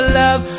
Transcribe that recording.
love